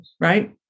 right